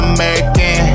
American